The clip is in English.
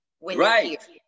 Right